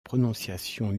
prononciation